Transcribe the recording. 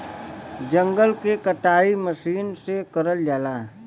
जंगल के कटाई मसीन से करल जाला